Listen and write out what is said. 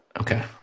Okay